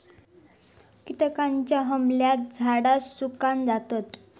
किटकांच्या हमल्यात झाडा सुकान जातत